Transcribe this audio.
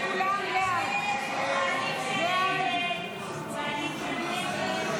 הסתייגות 156